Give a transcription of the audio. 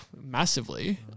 massively